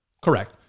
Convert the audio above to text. Correct